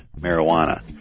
marijuana